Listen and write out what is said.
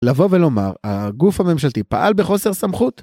לבוא ולומר, הגוף הממשלתי פעל בחוסר סמכות